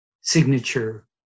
signature